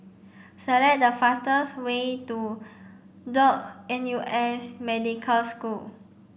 select the fastest way to Duke N U S Medical School